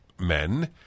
men